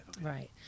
right